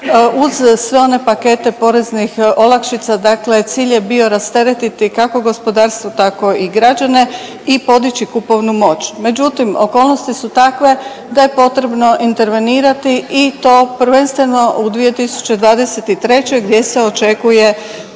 uz sve one pakete poreznih olakšica, dakle cilj je bio rasteretiti kako gospodarstvo, tako i građane i podići kupovnu moć. Međutim, okolnosti su takve da je potrebno intervenirati i to prvenstveno u 2023. gdje se očekuje